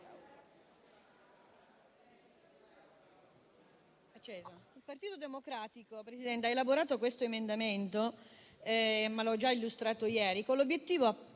il Partito Democratico ha elaborato questo emendamento, che ho già illustrato ieri, con l'obiettivo